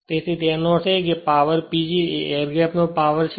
તેથી એનો અર્થ એ કે પાવર PG એ એર ગેપ નો પાવર છે